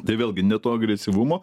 tai vėlgi ne to agresyvumo